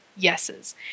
yeses